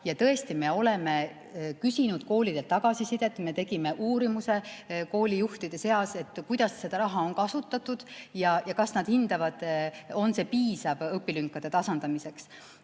Tõesti, me oleme küsinud koolidelt tagasisidet. Me tegime uurimuse koolijuhtide seas, kuidas seda raha on kasutatud ja kas nende hinnangul on see piisav õpilünkade tasandamiseks.